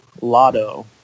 lotto